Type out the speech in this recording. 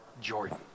Jordan